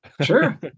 Sure